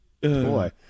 Boy